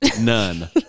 None